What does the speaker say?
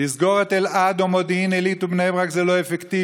לסגור את אלעד או מודיעין עילית או בני ברק זה לא אפקטיבי.